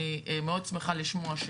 אני מאוד שמחה לשמוע,